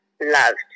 loved